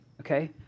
okay